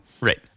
Right